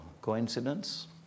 Coincidence